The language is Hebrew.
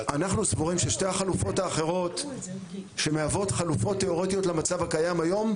סבורים ששתי החלופות האחרות שמהוות חלופות תיאורטיות למצב הקיים היום,